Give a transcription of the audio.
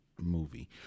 movie